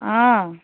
অঁ